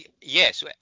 Yes